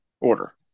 order